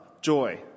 joy